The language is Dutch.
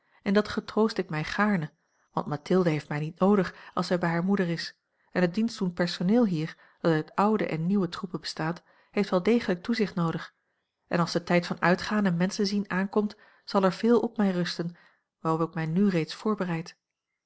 en dat getroost ik mij gaarne want mathilde heeft mij niet noodig als zij bij hare moeder is en het dienstdoend personeel hier dat uit oude en nieuwe troepen bestaat heeft wel degelijk toezicht noodig en als de tijd van uitgaan en menschen zien aankomt zal er veel op mij rusten waarop ik mij nu reeds voorbereid